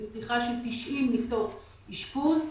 לפתיחה של 90 מיטות אשפוז.